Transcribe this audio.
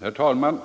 Herr talman!